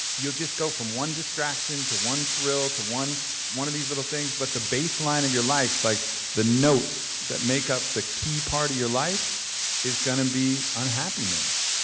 you'll just go from one distraction to one thrill to one one of these little things, but the baseline of your life, like the notes that make up the key part of your life is gonna be unhappiness.